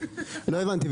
לא הבנתי.